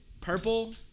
Purple